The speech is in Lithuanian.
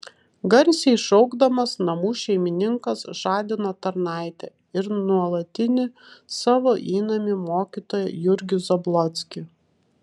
garsiai šaukdamas namų šeimininkas žadino tarnaitę ir nuolatinį savo įnamį mokytoją jurgį zablockį